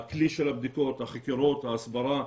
הכלי של הבדיקות, החקירות, ההסברה,